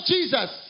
Jesus